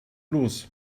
los